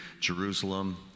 Jerusalem